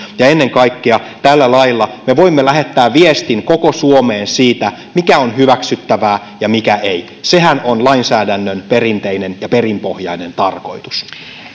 ja ennen kaikkea me voimme tällä lailla lähettää viestin koko suomeen siitä mikä on hyväksyttävää ja mikä ei sehän on lainsäädännön perinteinen ja perinpohjainen tarkoitus